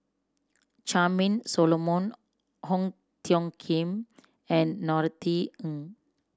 Charmaine Solomon Ong Tiong Khiam and Norothy Ng